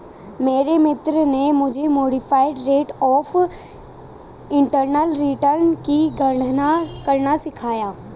मेरे मित्र ने मुझे modified rate of internal return की गणना करना सिखाया